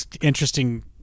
interesting